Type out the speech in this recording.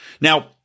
Now